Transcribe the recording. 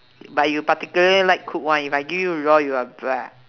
but you particularly like cook one if I give you raw you are